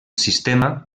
sistema